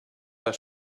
das